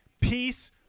Peace